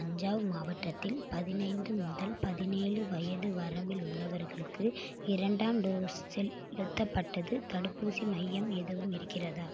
அஞ்சாவ் மாவட்டத்தில் பதினைந்து முதல் பதினேழு வயது வரம்பில் உள்ளவர்களுக்கு இரண்டாம் டோஸ் செலுத்தப்பட்டது தடுப்பூசி மையம் எதுவும் இருக்கிறதா